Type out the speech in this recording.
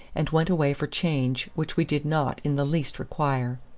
and went away for change which we did not in the least require.